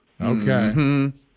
Okay